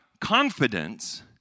Confidence